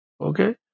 Okay